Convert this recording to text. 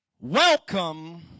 Welcome